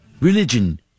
religion